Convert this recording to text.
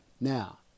Now